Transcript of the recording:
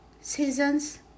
Seasons